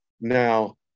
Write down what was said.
now